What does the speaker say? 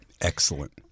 Excellent